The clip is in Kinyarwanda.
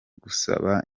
gusaba